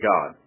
God